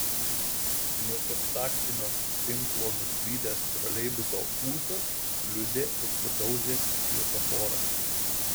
nuo kontaktinio tinklo nuslydęs troleibuso ūsas kliudė ir sudaužė šviesoforą